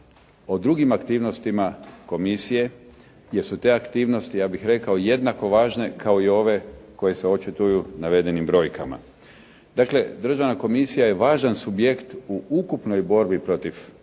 o drugim aktivnostima komisije jer su te aktivnosti, ja bih rekao jednako važne kao i ove koje se očituju navedenim brojkama. Dakle, državna komisija je važan subjekt u ukupnoj borbi protiv korupcije